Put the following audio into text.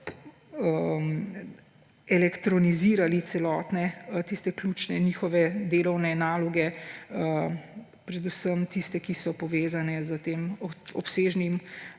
elektronizirali celotne tiste njihove ključne delovne naloge. Predvsem tiste, ki so povezane s tem obsežnim